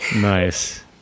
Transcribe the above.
Nice